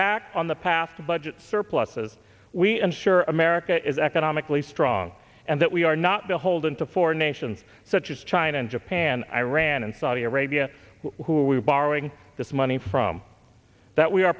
back on the path to budget surpluses we ensure america is economically strong and that we are not beholden to foreign nations such as china and japan iran and saudi arabia who we are borrowing this money from that we are